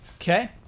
Okay